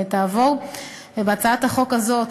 לפי הצעת החוק הזאת,